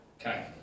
Okay